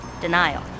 denial